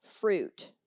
fruit